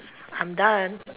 I'm done